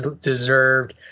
deserved